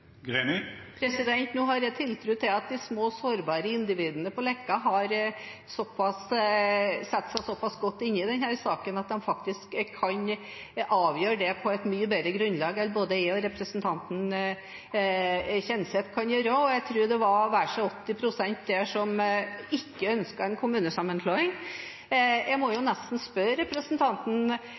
seg? Nå har jeg tiltro til at de små og sårbare individene på Leka har satt seg såpass godt inn i denne saken at de faktisk kan avgjøre det på et mye bedre grunnlag enn både jeg og representanten Kjenseth kan gjøre. Og jeg tror det var nærmere 80 pst. der som ikke ønsket en kommunesammenslåing. Jeg må nesten spørre representanten